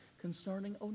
concerning